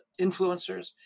influencers